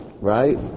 Right